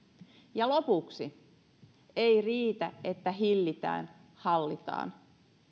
ja lopuksi ei riitä että hillitään hallitaan